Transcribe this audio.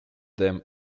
them